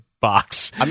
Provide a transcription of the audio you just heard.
box